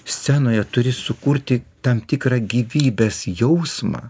scenoje turi sukurti tam tikrą gyvybės jausmą